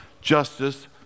justice